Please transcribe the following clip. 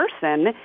person